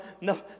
no